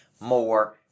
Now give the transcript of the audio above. more